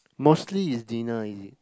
mostly is dinner is it